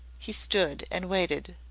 he stood and waited.